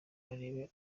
arebe